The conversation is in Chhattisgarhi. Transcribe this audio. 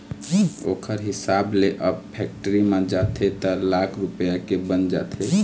ओखर हिसाब ले अब फेक्टरी म जाथे त लाख रूपया के बन जाथे